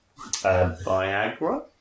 Viagra